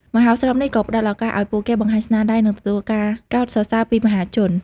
មហោស្រពនេះនឹងផ្តល់ឱកាសឲ្យពួកគេបង្ហាញស្នាដៃនិងទទួលការកោតសរសើរពីមហាជន។